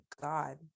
God